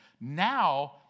Now